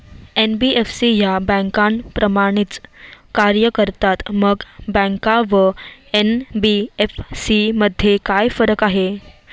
NBFC या बँकांप्रमाणेच कार्य करतात, मग बँका व एन.बी.एफ.सी मध्ये काय फरक आहे?